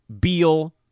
Beal